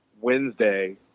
Wednesday